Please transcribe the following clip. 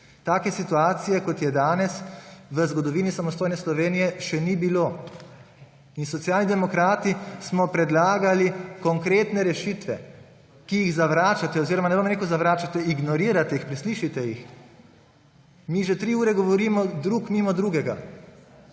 Take situacije, kot je danes, v zgodovini samostojne Slovenije še ni bilo. In Socialni demokrati smo predlagali konkretne rešitve, ki jih zavračate oziroma ne bom rekel zavračate, ignorirate jih, preslišite jih. Mi že tri ure govorimo drug mimo drugega.